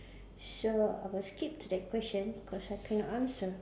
sure I will skip to that question cause I cannot answer